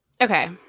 Okay